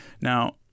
Now